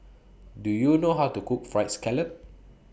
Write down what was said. Do YOU know How to Cook Fried Scallop